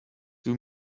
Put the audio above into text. too